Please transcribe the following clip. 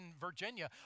Virginia